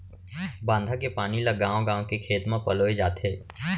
बांधा के पानी ल गाँव गाँव के खेत म पलोए जाथे